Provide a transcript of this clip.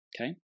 Okay